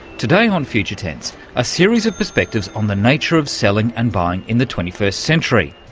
today on future tense a series of perspectives on the nature of selling and buying in the twenty first century.